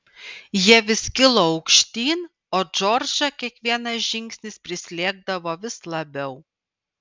jie vis kilo aukštyn o džordžą kiekvienas žingsnis prislėgdavo vis labiau